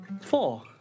Four